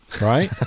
Right